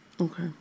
okay